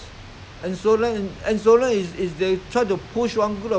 if without demand you think the thing will I mean the thing will die off very soon